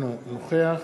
אינו נוכח